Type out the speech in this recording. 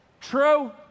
True